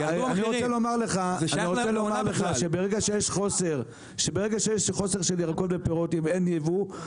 ברגע שיש חוסר של ירקות ופירות ואין ייבוא,